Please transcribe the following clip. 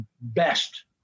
best